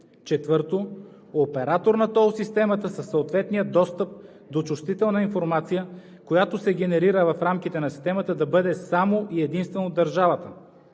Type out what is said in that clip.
Четвърто, оператор на тол системата със съответния достъп до чувствителна информация, която се гарантира в рамките на системата, да бъде само и единствено държавата,